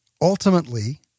ultimately